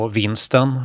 vinsten